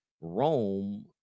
Rome